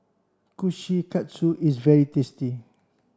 Kushikatsu is very tasty